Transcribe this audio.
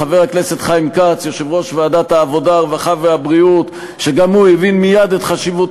שמייד כאשר ניגשתי אליו עם הצעת החוק הבין את החשיבות